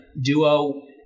duo –